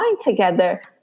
together